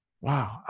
wow